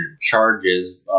charges